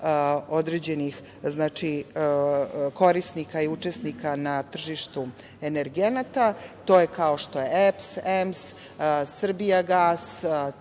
određenih korisnika i učesnika na tržištu energenata, to je kao što je EPS, EMS, Srbijagas,